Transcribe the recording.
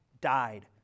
died